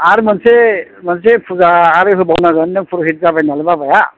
आरो मोनसे मोनसे फुजा आरो होबावनांगोन नों फुर'हित जाबाय नालाय बाबाया